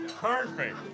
Perfect